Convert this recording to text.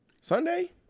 Sunday